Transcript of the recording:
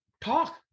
talk